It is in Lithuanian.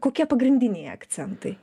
kokie pagrindiniai akcentai